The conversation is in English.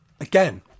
again